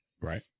Right